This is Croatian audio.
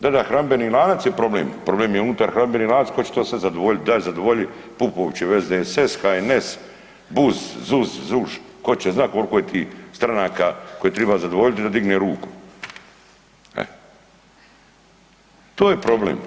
Da, da hrambeni lanac je problem, problem je unutar hrambeni lanac tko će to sve zadovoljiti da zadovolji Pupovčev SDSS, HNS, BUS, ZUZ, ZUŽ tko će znat koliko je tih stranaka koje triba zadovoljit da digne ruku, e. To je problem.